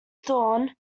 throne